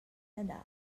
nadal